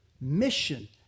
Mission